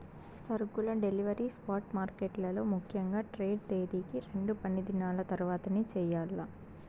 సరుకుల delivery spot మార్కెట్లలో ముఖ్యంగా ట్రేడ్ తేదీకి రెండు పనిదినాల తర్వాతనే చెయ్యాల్ల